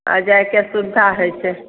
आ जाइके सुविधा होइत छै